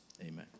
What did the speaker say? Amen